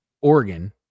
Oregon